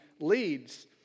leads